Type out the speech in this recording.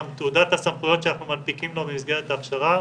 תעודת הסמכויות שאנחנו מנפיקים לו במסגרת ההכשרה.